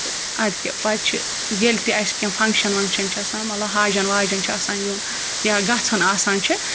تہٕ اَدٕ کیٛاہ پَتہٕ چھُ ییٚلہِ تہِ اَسہِ کینٛہہ فَنٛگشَن وَنٛگشَن چھِ آسان مطلب حاجَن واجن چھِ آسان یُن یا گژھُن آسان چھِ